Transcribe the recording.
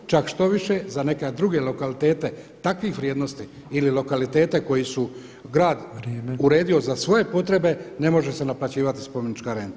Čak štoviše, za neke druge lokalitete takvih vrijednosti ili lokalitete koji su grad uredio [[Upadica predsjednik: Vrijeme.]] za svoje potrebe ne može se naplaćivati spomenička renta.